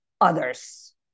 others